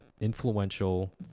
influential